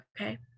okay